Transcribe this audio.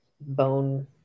bone